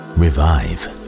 revive